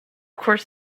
course